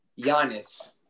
Giannis